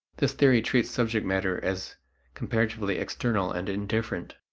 this theory treats subject matter as comparatively external and indifferent,